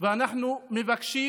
ואנחנו מבקשים,